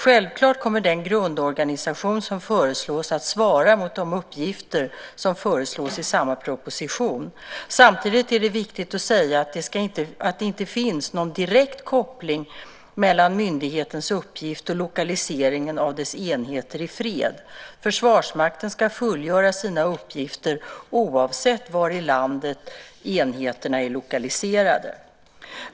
Självklart kommer den grundorganisation som föreslås att svara mot de uppgifter som föreslås i samma proposition. Samtidigt är det viktigt att säga att det inte finns någon direkt koppling mellan myndighetens uppgifter och lokaliseringen av dess enheter i fred. Försvarsmakten ska fullgöra sina uppgifter oavsett var i landet enheterna är lokaliserade.